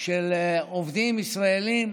של עובדים ישראלים,